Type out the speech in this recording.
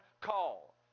call